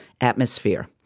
atmosphere